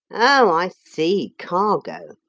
oh, i see cargo.